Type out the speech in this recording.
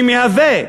שמהווה,